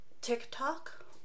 TikTok